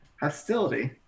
Hostility